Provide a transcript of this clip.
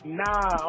nah